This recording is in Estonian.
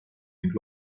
ning